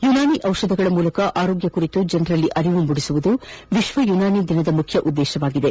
ಯುನಾನಿ ಔಷಧಗಳ ಮೂಲಕ ಆರೋಗ್ಯ ಕುರಿತು ಜನರಲ್ಲಿ ಅರಿವು ಮೂಡಿಸುವುದು ವಿಶ್ವ ಯುನಾನಿ ದಿನದ ಮುಖ್ಯ ಉದ್ದೇಶವಾಗಿದೆ